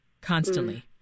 constantly